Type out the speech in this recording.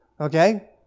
Okay